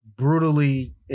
Brutally